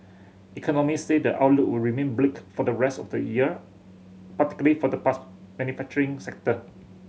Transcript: economy say the outlook would remain bleak for the rest of the year particularly for the manufacturing sector